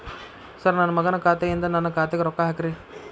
sir ನನ್ನ ಮಗನ ಖಾತೆ ಯಿಂದ ನನ್ನ ಖಾತೆಗ ರೊಕ್ಕಾ ಹಾಕ್ರಿ